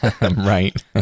Right